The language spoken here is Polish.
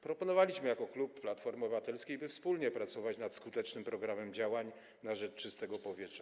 Proponowaliśmy jako klub Platformy Obywatelskiej, aby wspólnie pracować nad skutecznym programem działań na rzecz czystego powietrza.